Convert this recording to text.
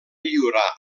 lliurar